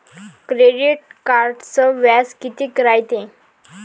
Credit कार्डचं व्याज कितीक रायते?